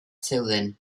zeuden